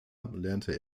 lernte